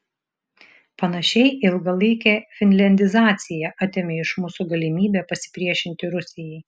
panašiai ilgalaikė finliandizacija atėmė iš mūsų galimybę pasipriešinti rusijai